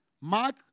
Mark